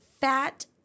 fat